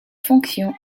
fonction